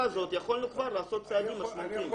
הזאת יכולנו כבר לעשות צעדים משמעותיים.